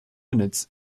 minutes